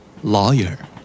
Lawyer